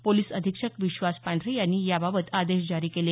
police अधीक्षक विश्वास पांढरे यांनी याबबात आदेश जारी केले